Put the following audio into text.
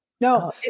No